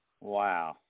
Wow